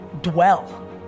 dwell